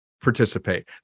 participate